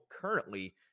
currently